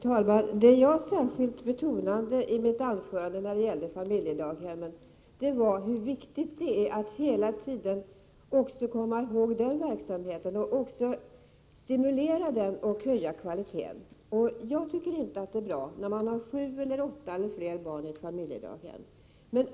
Herr talman! Det jag särskilt betonade i mitt anförande när det gäller familjedaghemmen var hur viktigt det är att man hela tiden också kommer ihåg den verksamheten för att kunna ge den stimulans och höja kvaliteten. Jag tycker inte att det är bra med sju eller fler barn i ett familjedaghem.